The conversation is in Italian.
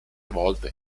volte